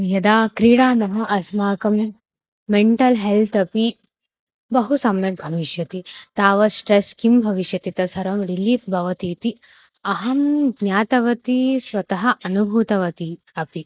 यदा क्रीडामः अस्माकं मेण्टल् हेल्त् अपि बहु सम्यक् भविष्यति तावत् स्ट्रेस् किं भविष्यति तत्सर्वं रिलीफ़् भवति इति अहं ज्ञातवती स्वतः अनुभूतवती अपि